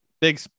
big